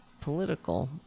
political